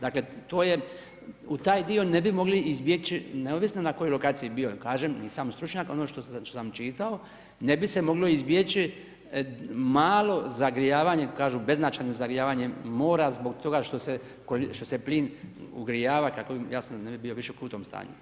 Dakle, u taj dio ne bi mogli izbjeći neovisno na kojoj lokaciji bio, kaže, nisam stručnjak, ono što sam čitao, ne bi se moglo izbjeći, malo zagrijavanje, kažu beznačajno zagrijavanje, mora zbog toga što se plin ugrijava kako jasno, ne bi bio više u krutom stanju.